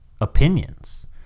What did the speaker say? opinions